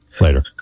Later